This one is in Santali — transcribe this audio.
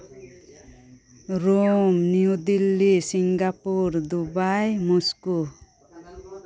Rome New Delhi Singapore Dubai Moscow